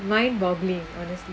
mind boggling